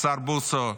השר בוסו.